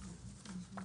ממשיכים